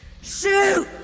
shoot